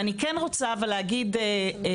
ואני כן רוצה להזכיר.